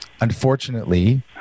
unfortunately